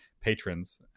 patrons